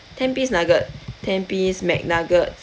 ten piece nugget ten piece mcnuggets